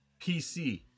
PC